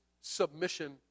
submission